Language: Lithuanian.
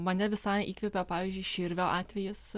mane visai įkvepia pavyzdžiui širvio atvejis